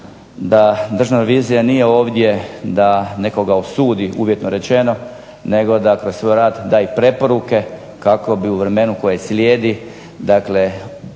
da Državna revizija nije ovdje da nekoga osudi uvjetno rečeno nego da kroz svoj rad da i preporuke kako bi u vremenu koji slijedi, dakle